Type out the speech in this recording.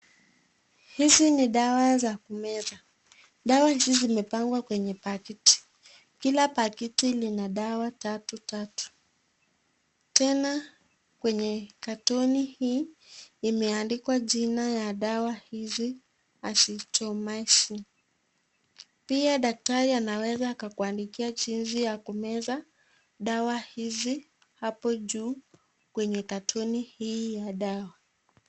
Hizi ni dawa za kumeza. Dawa hizi zimepangwa kwenye packet . Kila pakiti lina dawa tatu tatu. Tena kwenye katoni hii imeandikwa jina ya dawa hizi azithromycin . Pia daktari anaweza akakuandikia jinsi ya kumeza dawa hizi hapo juu kwenye katoni hii ya dawa.